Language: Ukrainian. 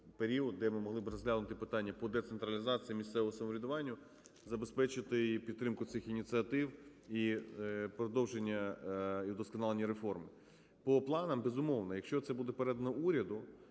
де ми могли б розглянути питання по децентралізації, місцевому самоврядуванню, забезпечити підтримку цих ініціатив і продовження і удосконалення реформ. По планах, безумовно, якщо це буде передано уряду,